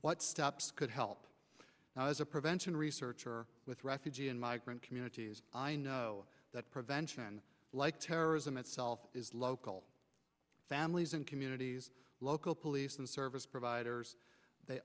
what steps could help now as a prevention researcher with refugee and migrant communities i know that prevention like terrorism itself is local families and communities local police and service providers they